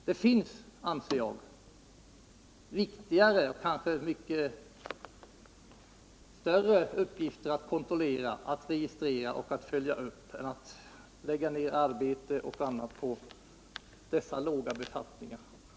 Det finns — anser jag — viktigare och kanske mycket större uppgifter att kontrollera, registrera och följa upp än att lägga ned arbete på dessa låga befattningar.